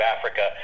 Africa